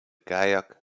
kajak